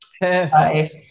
Perfect